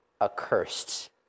accursed